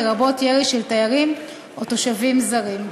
לרבות ירי של תיירים או תושבים זרים.